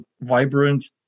vibrant